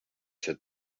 said